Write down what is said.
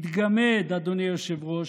מתגמד, אדוני היושב-ראש,